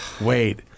wait